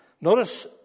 Notice